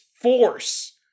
force